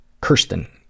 Kirsten